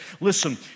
Listen